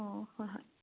ꯑꯣ ꯍꯣꯏ ꯍꯣꯏ